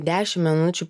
dešim minučių